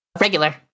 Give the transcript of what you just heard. Regular